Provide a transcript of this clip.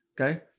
Okay